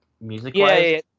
music-wise